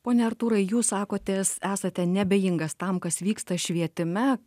pone artūrai jūs sakotės esate neabejingas tam kas vyksta švietime